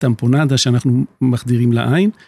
טמפונדה שאנחנו מחדירים לעין.